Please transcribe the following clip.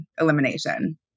elimination